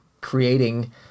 creating